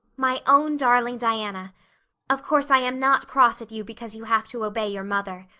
my own darling diana of course i am not cross at you because you have to obey your mother.